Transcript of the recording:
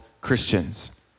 Christians